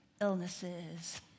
illnesses